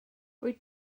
wyt